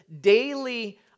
daily